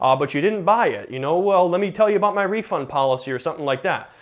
um but you didn't buy it. you know well let me tell you about my refund policy, or something like that.